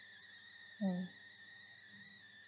mm